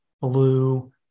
blue